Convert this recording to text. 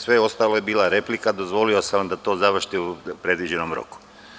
Sve ostalo je bila replika, ali sam vam dozvolio da to završite u predviđenom roku.